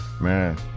Man